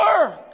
work